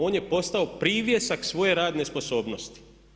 On je postao privjesak svoje radne sposobnosti.